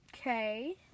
Okay